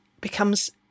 becomes